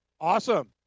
Awesome